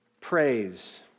praise